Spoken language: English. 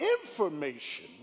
information